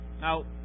Now